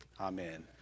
Amen